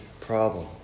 problem